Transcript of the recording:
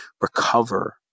recover